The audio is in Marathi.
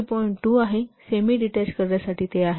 2 आहे सेमी डिटॅच करण्यासाठी ते 3